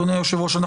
אדוני היושב-ראש,